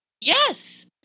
Yes